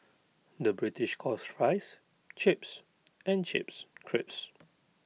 the British calls Fries Chips and Chips Crisps